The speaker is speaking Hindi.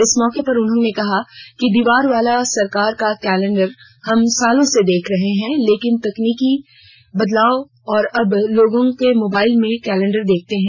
इस मौके पर उन्होंने कहा कि दीवार वाला सरकार का कैलेंडर हम सालों से देख रहे हैं लेकिन तकनीक बदल गई है और अब लोग मोबाइल में कैलेंडर देखते हैं